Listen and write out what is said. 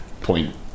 point